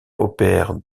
opère